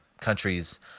countries